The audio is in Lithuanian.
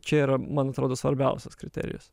čia yra man atrodo svarbiausias kriterijus